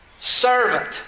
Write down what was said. Servant